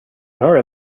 heard